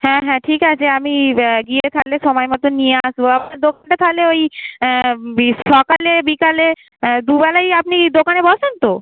হ্যাঁ হ্যাঁ ঠিক আছে আমি গিয়ে তাহলে সময় মতন নিয়ে আসবো আপনার দোকানটা তাহলে ওই বি সকালে বিকালে দু বেলাই আপনি দোকানে বসেন তো